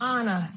Anna